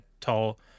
tall